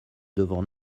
devant